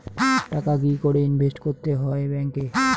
টাকা কি করে ইনভেস্ট করতে হয় ব্যাংক এ?